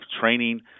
training